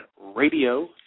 Radio